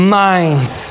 minds